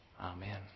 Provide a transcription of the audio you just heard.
Amen